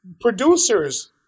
producer's